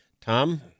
Tom